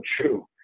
true